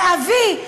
לאבי,